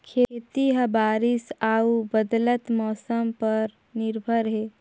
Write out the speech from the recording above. खेती ह बारिश अऊ बदलत मौसम पर निर्भर हे